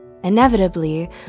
Inevitably